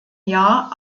jahr